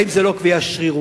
האם זאת לא קביעה שרירותית?